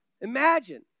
Imagine